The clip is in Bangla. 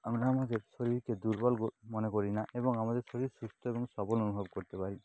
আমরা আমাদের শরীরকে দুর্বল মনে করি না এবং আমাদের শরীর সুস্থ এবং সবল অনুভব করতে পারি